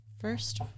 First